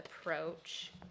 approach